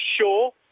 sure